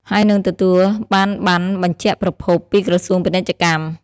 ហើយនឺងទទួលបានប័ណ្ណបញ្ជាក់ប្រភព ពីក្រសួងពាណិជ្ជកម្ម។